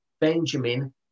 Benjamin